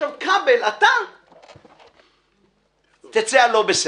ועכשיו כבל, אתה תצא לא בסדר.